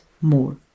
more